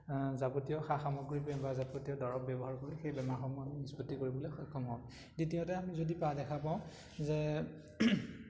যাৱতীয় সা সামগ্ৰী বা যাৱতীয় দৰব ব্যৱহাৰ কৰি সেই বেমাৰসমূহ আমি নিষ্পত্তি কৰিবলৈ সক্ষম হওঁ দ্বিতীয়তে আমি যদি দেখা পাওঁ যে